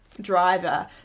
driver